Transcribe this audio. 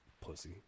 Pussy